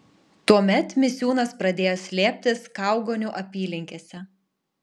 tuomet misiūnas pradėjo slėptis kaugonių apylinkėse